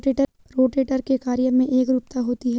rotator के कार्य में एकरूपता होती है